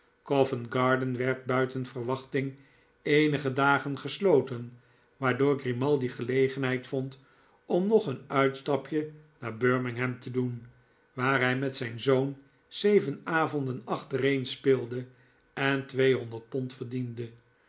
vent garden werd buiten verwachting eenige dagen gesloten waardoor grimaldi gelegenheid vond om nog een uitstapje naar birmingham te doen waar hij met zijn zoon zeven avonden achtereen speelde en twee honderd pond verdiende